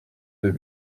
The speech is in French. deux